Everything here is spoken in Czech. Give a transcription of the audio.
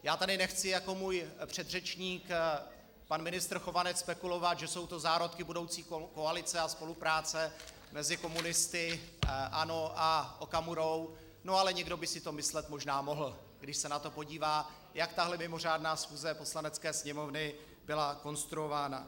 Já tady nechci jako můj předřečník pan ministr Chovanec spekulovat, že jsou to zárodky budoucí koalice a spolupráce mezi komunisty, ANO a Okamurou, ale někdo by si to myslet možná mohl, když se na to podívá, jak tahle mimořádná schůze Poslanecké sněmovny byla konstruována.